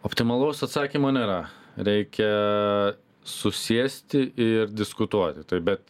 optimalaus atsakymo nėra reikia susėsti ir diskutuoti bet